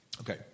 Okay